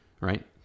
Right